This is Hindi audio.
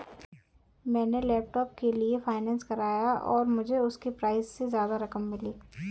मैंने लैपटॉप के लिए फाइनेंस कराया और मुझे उसके प्राइज से ज्यादा रकम मिली